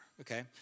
okay